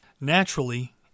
Naturally